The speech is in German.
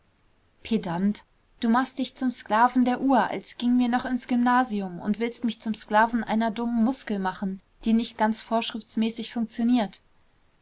pedant du machst dich zum sklaven der uhr als gingen wir noch ins gymnasium und willst mich zum sklaven einer dummen muskel machen die nicht ganz vorschriftsmäßig funktioniert